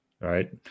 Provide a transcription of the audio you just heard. right